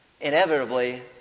inevitably